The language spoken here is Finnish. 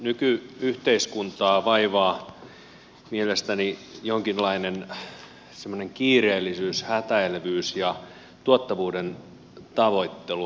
nyky yhteiskuntaa vaivaa mielestäni jonkinlainen kiireellisyys hätäilevyys ja tuottavuuden tavoittelu